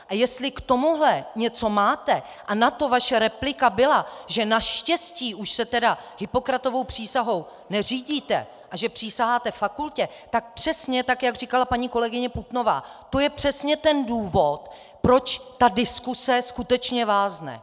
A jestli k tomuhle něco máte, a na to vaše replika byla, že naštěstí už se Hippokratovou přísahou neřídíte a že přísaháte fakultě, tak přesně tak, jak říkala paní kolegyně Putnová, to je přesně ten důvod, proč ta diskuse skutečně vázne.